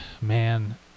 man